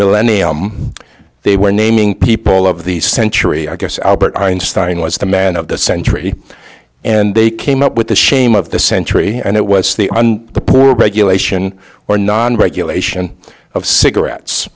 millenia they were naming people of the century i guess albert einstein was the man of the century and they came up with the shame of the century and it was the un the regulation or non regulation of cigarettes